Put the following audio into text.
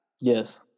Yes